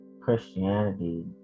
Christianity